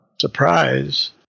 surprise